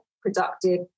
productive